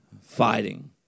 fighting